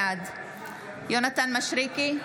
בעד יונתן מישרקי,